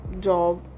job